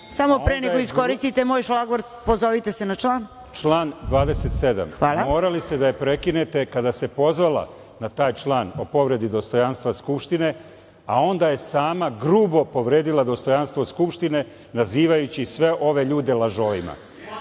Samo pre nego iskoristite moj šlagvort, pozovite se na član. **Zoran Lutovac** Član 27. Morali ste da je prekinete, kada se pozvala na taj član o povredi dostojanstva Skupštine, a onda je sama grubo povredila dostojanstvo Skupštine, nazivajući sve ove ljude lažovima.